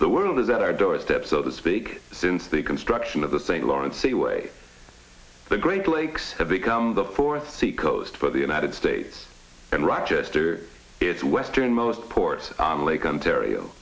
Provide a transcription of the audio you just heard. the world is at our doorstep so the speak since the construction of the st lawrence seaway the great lakes have become the fourth seacoast for the united states and rochester is westernmost port on lake ontario